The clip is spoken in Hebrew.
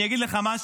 אני אגיד לך משהו,